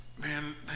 Man